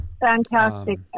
fantastic